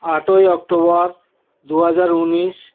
আটই অক্টোবর দুহাজার উনিশ